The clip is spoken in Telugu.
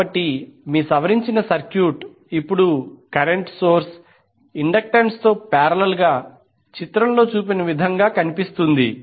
కాబట్టి మీ సవరించిన సర్క్యూట్ ఇప్పుడు కరెంట్ సోర్స్ ఇండక్టెన్స్తో పారేలాల్ గా చిత్రంలో చూపిన విధంగా కనిపిస్తుంది